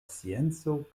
scienco